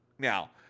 Now